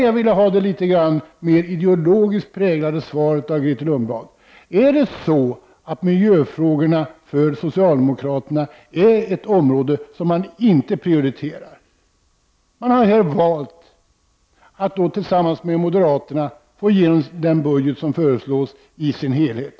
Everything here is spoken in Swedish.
Jag skulle vilja ha ett mera ideologiskt präglat svar av Grethe Lundblad på frågan: Är miljöfrågorna för socialdemokraterna ett område som de inte prioriterar? Man har valt att tillsammans med moderaterna försöka få igenom den budget som föreslås i dess helhet.